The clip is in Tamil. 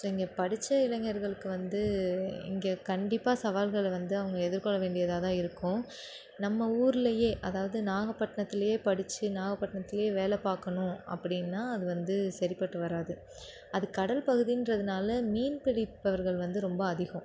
ஸோ இங்கே படிச்ச இளைஞர்களுக்கு வந்து இங்கே கண்டிப்பாக சவால்களை வந்து அவங்க எதிர்கொள்ள வேண்டியதாக தான் இருக்கும் நம்ம ஊர்லயே அதாவது நாகப்பட்டினத்துலயே படிச்சு நாகப்பட்டினத்துலயே வேலை பார்க்கணும் அப்படின்னா அது வந்து சரிபட்டு வராது அது கடல் பகுதின்றதுனாலே மீன் பிடிப்பவர்கள் வந்து ரொம்ப அதிகம்